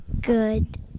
Good